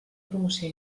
promoció